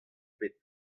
ebet